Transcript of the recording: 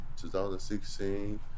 2016